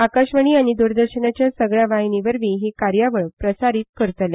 आकाशवाणी आनी दरदर्शनाच्या सगळया वाहीनीवरवी ही कार्यावळ प्रसारीत करतले